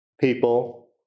people